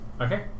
Okay